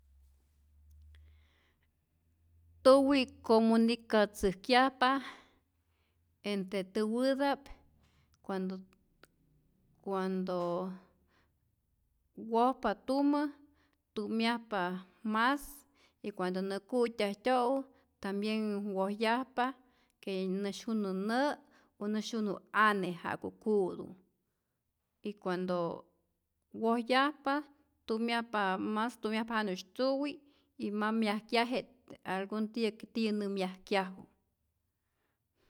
Tuwi' comunicatzäjkyajpa entre täwäta'p, cuando cuando wojpa tumä tu'myajpa mas y cuando nä ku'tyajtyo'u tambien wojyajpa ke nä syunu nä' o nä syunu ane ja'ku ju'tu y cuando wojyajpa tu'myajpa mas tu'myjapa janu'sy tuwi y ma myajkyaje algun tiyä tiyä nä myajkyaju.